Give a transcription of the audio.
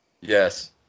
Yes